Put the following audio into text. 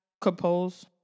compose